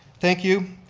thank you,